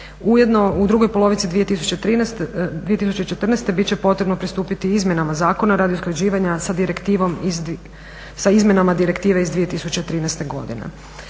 Ujedno u drugoj polovici 2014. bit će potrebno pristupiti izmjenama zakona radi usklađivanja sa izmjenama direktive iz 2013. godine.